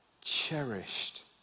cherished